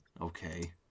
Okay